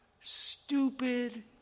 stupid